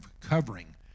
Covering